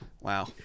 Wow